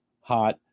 hot